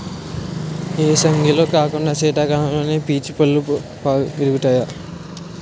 ఏసంగిలో కాకుండా సీతకాలంలోనే పీచు పల్లు పెరుగుతాయి